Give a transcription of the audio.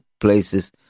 places